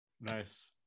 Nice